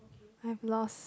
I've lost